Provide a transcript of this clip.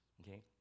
okay